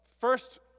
first